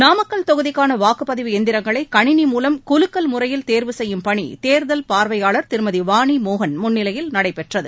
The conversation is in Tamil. நாமக்கல் தொகுதிக்கான வாக்குப்பதிவு எந்திரங்களை கணினி மூலம் குலுக்கல் முறையில் தேர்வு செய்யும் பணி தேர்தல் பார்வையாளர் திருமதி வாணிமோகன் முன்னிலையில் நடைபெற்றது